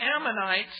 Ammonites